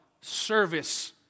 service